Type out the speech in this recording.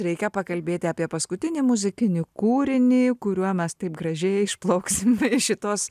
reikia pakalbėti apie paskutinį muzikinį kūrinį kuriuo mes taip gražiai išplauksim iš šitos